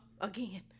Again